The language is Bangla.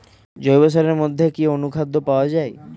জৈব সারের মধ্যে কি অনুখাদ্য পাওয়া যায়?